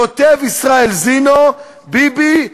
כותב ישראל זינו: ביבי,